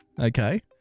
okay